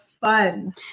fun